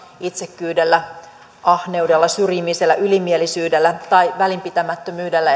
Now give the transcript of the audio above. itsekkyydellä ahneudella syrjimisellä ylimielisyydellä tai välinpitämättömyydellä